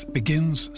begins